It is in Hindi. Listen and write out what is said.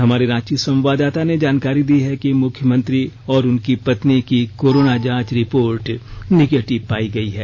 हमारी रांची संवाददाता ने जानकारी दी है कि मुख्यमंत्री और उनकी पत्नी की कोरोना जांच रिपोर्ट निगटिव पायी गयी है